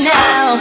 now